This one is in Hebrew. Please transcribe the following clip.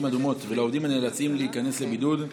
אדומות ולעובדים הנאלצים להיכנס לבידוד,